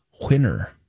winner